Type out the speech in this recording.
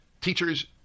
Teachers